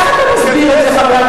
איך אתה מסביר את זה,